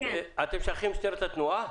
אתם שייכים למשטרת התנועה?